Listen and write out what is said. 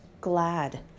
glad